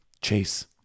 chase